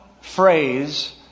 phrase